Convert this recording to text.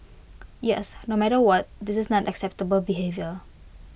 yes no matter what this is not acceptable behaviour